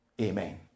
Amen